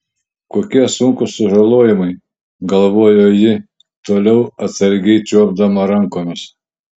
kokie sunkūs sužalojimai galvojo ji toliau atsargiai čiuopdama rankomis